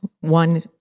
One